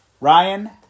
Ryan